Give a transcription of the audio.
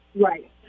Right